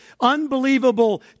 unbelievable